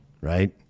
right